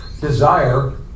desire